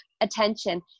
attention